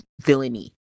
villainy